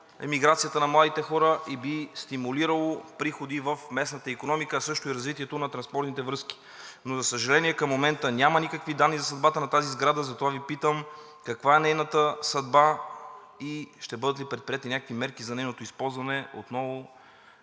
емиграцията на младите хора и би стимулирало приходи в местната икономика, а също и развитието на транспортните връзки. Но, за съжаление, към момента няма никакви данни за съдбата на тази сграда, затова Ви питам: каква е нейната съдба и ще бъдат ли предприети някакви мерки за нейното използване отново